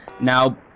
Now